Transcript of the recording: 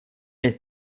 ist